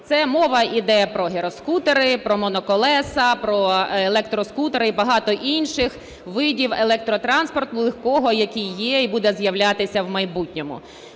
Це мова іде про гіроскутери, про моноколеса, про електроскутери і багато інших видів електротранспорту легкого, який є і буде з'являтися в майбутньому.